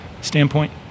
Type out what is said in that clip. standpoint